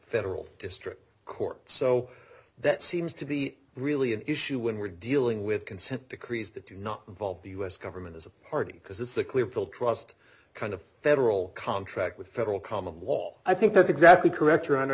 federal district court so that seems to be really an issue when we're dealing with consent decrees that do not involve the u s government as a party because it's a clear full trust kind of federal contract with federal common law i think that's exactly correct